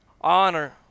honor